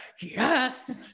yes